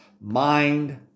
mind